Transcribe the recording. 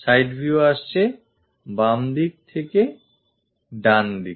side view আসছে বামদিক থেকে ডানদিকে